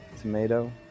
tomato